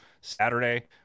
Saturday